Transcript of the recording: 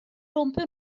rompe